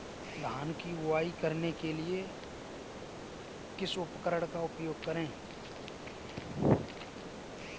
धान की बुवाई करने के लिए किस उपकरण का उपयोग करें?